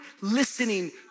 listening